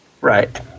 Right